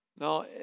No